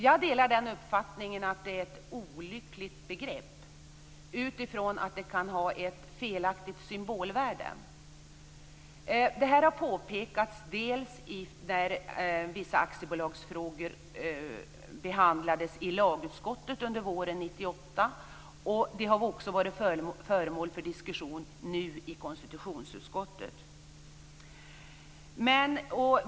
Jag delar uppfattningen att det är ett olyckligt begrepp utifrån att det kan ha ett felaktigt symbolvärde. Det här har påpekats när vissa aktiebolagsfrågor behandlades i lagutskottet under våren 1998. Det har också varit föremål för diskussion nu i konstitutionsutskottet.